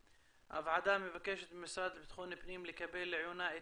הוועדה מבקשת מהמשרד לבטחון פנים לקבל לעיונה את